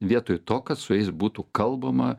vietoj to kad su jais būtų kalbama